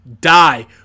die